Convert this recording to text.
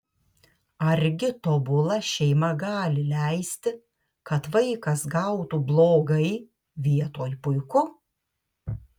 argi tobula šeima gali leisti kad vaikas gautų blogai vietoj puiku